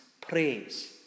praise